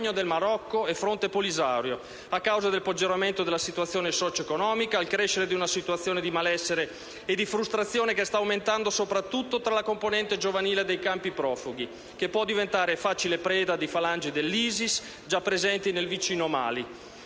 tra Regno del Marocco e Fronte Polisario, a causa del peggioramento della situazione socio-economica, al crescere di una situazione di malessere e di frustrazione che sta aumentando soprattutto tra la componente giovanile dei campi profughi, che può diventare facile preda di falangi dell'ISIS già presenti nel vicino Mali.